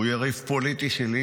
הוא יריב פוליטי שלי,